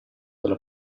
della